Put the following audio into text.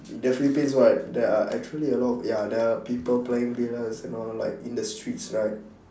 the philippines right there are actually a lot of ya there are people playing billiards and all like in the streets right